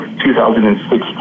2016